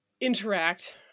interact